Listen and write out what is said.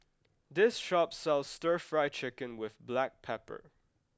this shop sells stir fry chicken with black pepper